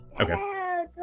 okay